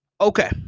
Okay